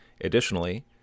Additionally